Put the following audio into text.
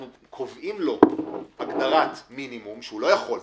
אנחנו קובעים לו הגדרת מינימום שהוא לא יכול,